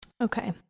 Okay